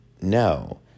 no